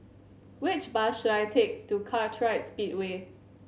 which bus should I take to Kartright Speedway